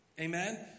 Amen